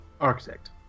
Architect